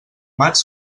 maig